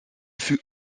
fut